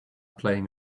playing